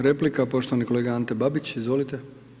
Replika, poštovani kolega Ante Babić, izvolite.